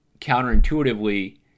counterintuitively